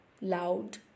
loud